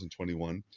2021